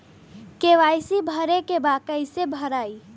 KYC भरे के बा कइसे भराई?